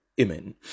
Amen